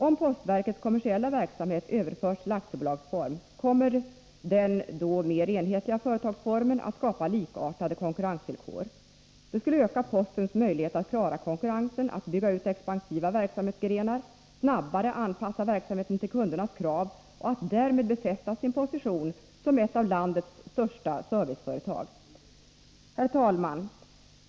Om postverkets kommersiella verksamhet överförs till aktiebolagsform, kommer den då mer enhetliga företagsformen att skapa likartade konkurrensvillkor. Det skulle öka postens möjlighet att klara konkurrensen, bygga ut expansiva verksamhetsgrenar och snabbare anpassa verksamheten till 111 kundernas krav och därmed befästa sin position som ett av landets största serviceföretag. Herr talman!